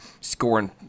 scoring